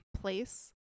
place